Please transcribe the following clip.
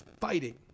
fighting